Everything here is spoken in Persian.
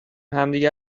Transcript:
همدیگه